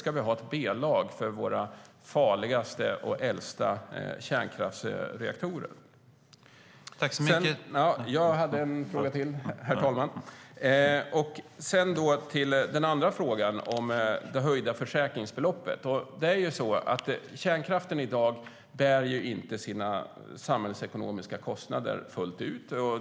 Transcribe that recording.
Ska vi ha ett B-lag för våra farligaste och äldsta kärnkraftsreaktorer? Jag undrar också om det höjda försäkringsbeloppet. Kärnkraften bär i dag inte sina samhällsekonomiska kostnader fullt ut.